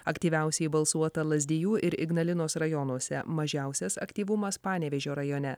aktyviausiai balsuota lazdijų ir ignalinos rajonuose mažiausias aktyvumas panevėžio rajone